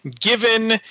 given